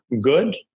Good